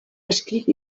escrit